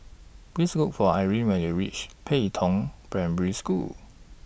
Please Look For Irene when YOU REACH Pei Tong Primary School